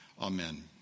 Amen